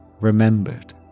remembered